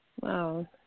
Wow